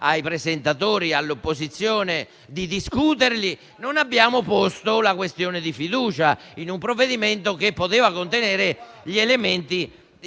presentatori e all'opposizione di discuterli, senza porre la questione di fiducia su un provvedimento che poteva contenere gli elementi